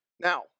Now